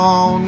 on